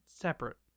separate